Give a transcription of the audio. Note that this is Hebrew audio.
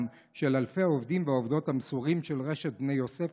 של אלפי העובדים והעובדות המסורים של רשת בני יוסף,